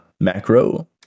macro